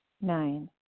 Nine